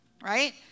right